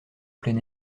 plein